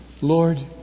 Lord